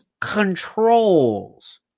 controls